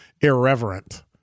irreverent